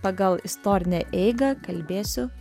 pagal istorinę eigą kalbėsiu